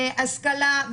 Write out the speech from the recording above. השכלה,